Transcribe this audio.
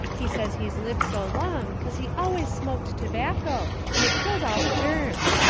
he says he's lived so long cause he always smoked tobacco and it killed all the germs.